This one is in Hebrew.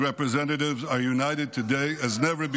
representatives are united today as never before.